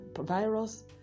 virus